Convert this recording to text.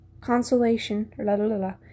consolation